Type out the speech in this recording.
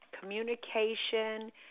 communication